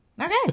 Okay